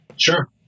Sure